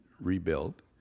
rebuilt